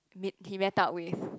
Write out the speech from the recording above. meet he met up with